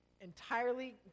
entirely